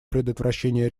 предотвращения